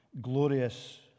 glorious